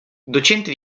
docente